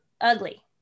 ugly